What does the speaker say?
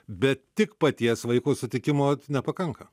bet tik paties vaiko sutikimo nepakanka